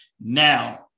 Now